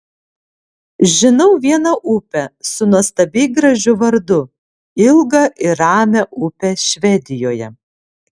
žinau vieną upę su nuostabiai gražiu vardu ilgą ir ramią upę švedijoje